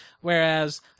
whereas